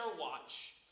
watch